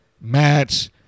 match